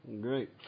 Great